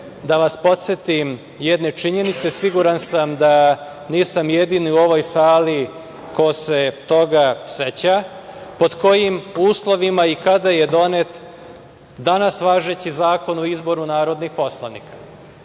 da vas podsetim jedne činjenice. Siguran sam da nisam jedini u ovoj sali ko se toga seća, pod kojim uslovima i kada je donet danas važeći Zakon o izboru narodnih poslanika.